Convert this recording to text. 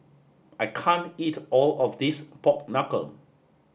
I can't eat all of this pork knuckle